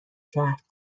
کرد